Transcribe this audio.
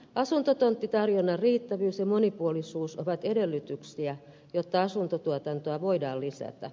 asuntotonttitarjonnan riittävyys ja monipuolisuus ovat edellytyksiä jotta asuntotuotantoa voidaan lisätä